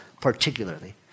particularly